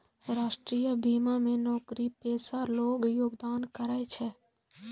राष्ट्रीय बीमा मे नौकरीपेशा लोग योगदान करै छै